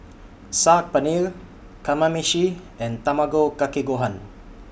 Saag Paneer Kamameshi and Tamago Kake Gohan